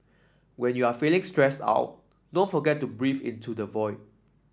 when you are feeling stressed out don't forget to breathe into the void